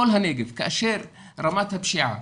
כל הנגב כאשר רמת ה פשיעה,